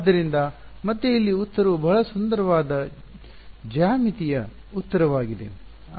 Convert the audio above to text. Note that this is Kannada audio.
ಆದ್ದರಿಂದ ಮತ್ತೆ ಇಲ್ಲಿ ಉತ್ತರವು ಬಹಳ ಸುಂದರವಾದ ಜ್ಯಾಮಿತೀಯ ಉತ್ತರವಾಗಿದೆ